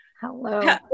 Hello